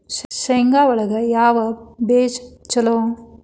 ಶೇಂಗಾ ಒಳಗ ಯಾವ ಬೇಜ ಛಲೋ?